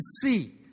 see